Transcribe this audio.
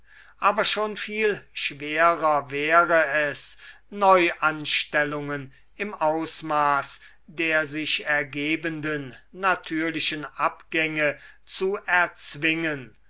aber schon viel schwerer wäre es neuanstellungen im ausmaß der sich ergebenden natürlichen abgänge zu erzwingen